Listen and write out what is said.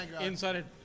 inside